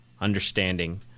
understanding